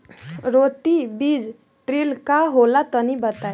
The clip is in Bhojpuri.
रोटो बीज ड्रिल का होला तनि बताई?